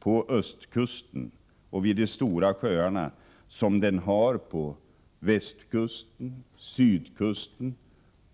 på östkusten och vid de stora sjöarna som den har på västkusten, sydkusten